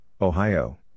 Ohio